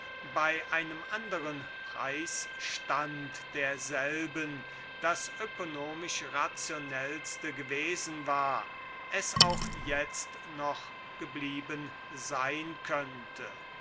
bei einem anderen preisstand derselben das ökonomisch rationellste gewesen war es auch jetzt noch geblieben sein könnte